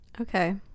Okay